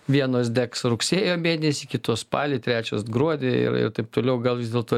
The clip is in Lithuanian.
vienos degs rugsėjo mėnesį kitos spalį trečios gruodį ir ir taip toliau gal vis dėlto